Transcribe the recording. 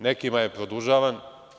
Nekima je i produžavan.